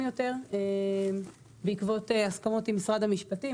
יותר בעקבות הסכמות עם משרד המשפטים,